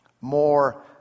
more